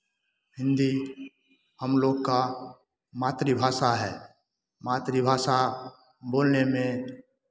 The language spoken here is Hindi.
हिन्दी हम लोग का मातृभाषा है मातृभाषा बोलने में